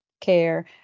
care